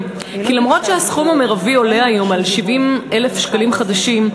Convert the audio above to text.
כי אף שהסכום המרבי עולה היום על 70,000 שקלים חדשים,